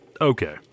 Okay